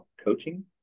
coaching